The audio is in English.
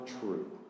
true